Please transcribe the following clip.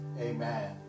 amen